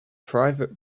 private